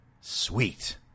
Sweet